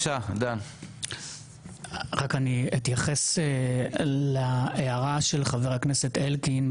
אני אתייחס להערה של חבר הכנסת אלקין,